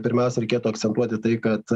pirmiausia reikėtų akcentuoti tai kad